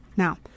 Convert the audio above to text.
Now